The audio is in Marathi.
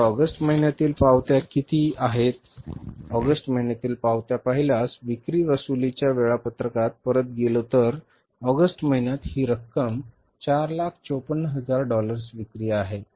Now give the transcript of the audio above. आता ऑगस्ट महिन्यातील पावत्या किती आहेत ऑगस्ट महिन्यातील पावत्या पाहिल्यास विक्री वसुलीच्या वेळापत्रकात परत गेलं तर ऑगस्ट महिन्यात ही रक्कम 454000 डॉलर्सची विक्री आहे